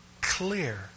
clear